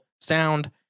sound